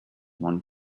one